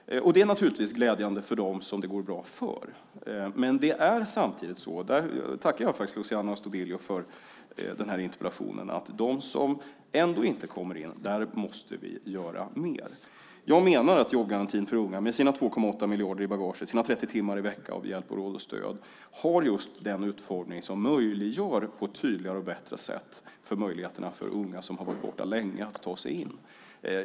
Det är naturligtvis glädjande för dem som det går bra för. Men samtidigt - och jag tackar Luciano Astudillo för interpellationen - måste vi göra mer för dem som ändå inte kommer in. Jag menar att jobbgarantin för unga med sina 2,8 miljarder i bagaget, sina 30 timmar i veckan och hjälp, råd och stöd har just den utformning som på ett tydligare och bättre sätt förbättrar möjligheterna för unga som har varit borta länge att ta sig in.